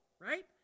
right